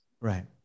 Right